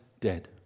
dead